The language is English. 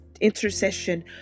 intercession